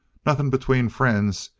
nothing between friends.